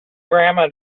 grandma